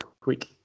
quick